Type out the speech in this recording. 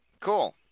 cool